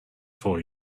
for